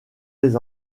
les